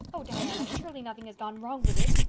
oh, diana, surely nothing has gone wrong with it!